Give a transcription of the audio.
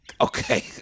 okay